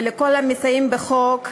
ולכל המסייעים בחוק,